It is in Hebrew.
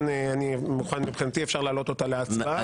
מבחינתי אפשר להעלות להצבעה.